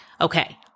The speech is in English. Okay